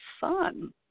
fun